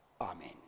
Amen